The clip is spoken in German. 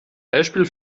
beispiel